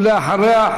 ואחריה,